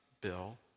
Bill